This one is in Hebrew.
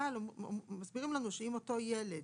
אבל מסבירים לנו שאם אותו ילד,